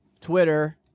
Twitter